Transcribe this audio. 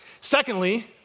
Secondly